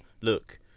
look